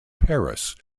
paris